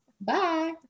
Bye